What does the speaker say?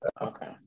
Okay